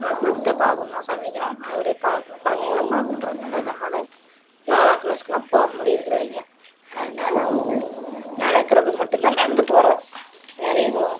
நம்ம குடும்பத்தை பார்க்கணுன்னா சமைக்கணும் குழந்தைகளை பார்க்கணுன்றதுனால நம்மளால் யோகா கிளாஸ்கெலாம் போக முடிகிறது இல்லைங்க அதனால வந்து நடக்கிறது மட்டுந்தான் நடந்து போகிறோம் வேறு எதுவும்